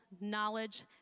knowledge